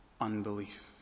unbelief